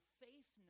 faith